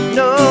no